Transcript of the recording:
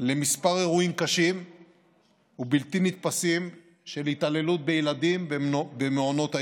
לכמה אירועים קשים ובלתי נתפסים של התעללות בילדים במעונות היום.